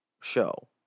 Show